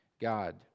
God